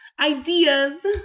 ideas